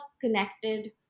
connected